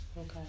Okay